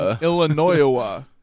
Illinois